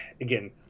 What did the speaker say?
again